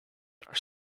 are